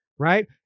right